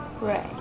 Right